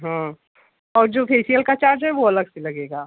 हाँ और जो फे़सियल का चार्ज है वो अलग से लगेगा